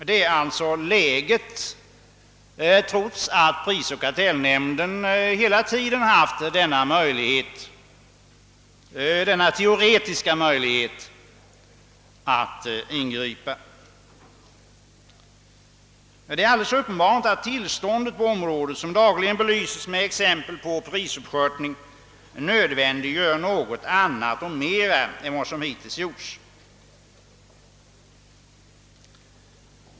Det är alltså läget, trots att prisoch kartellnämnden hela tiden haft denna teoretiska möjlighet att ingripa. Det är alldeles uppenbart att tillståndet på området, som dagligen belyses med exempel på prisuppskörtning, nödvändiggör något annat och mera än vad som hittills gjorts.